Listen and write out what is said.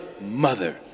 mother